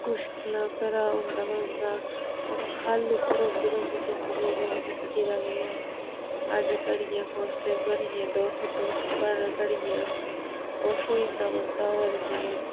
मुश्कलां घरै होंदा अगर उं'दा हल होंदी क्योंकि जिंदगी दी हून जिंदगी दा केह् ऐ अज्ज घड़ी इ'यां खुश घड़ियै दो दुक्ख गै दुक्ख पल घड़ियै खुश होई जंदा बंदा होर केह्